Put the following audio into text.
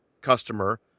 customer